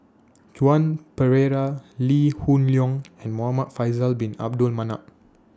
Joan Pereira Lee Hoon Leong and Muhamad Faisal Bin Abdul Manap